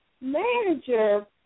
manager